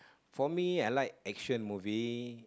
for me I like action movie